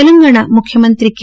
తెలంగాణ ముఖ్యమంత్రి కె